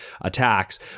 attacks